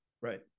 Right